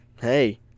Hey